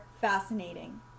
fascinating